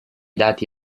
dati